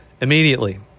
immediately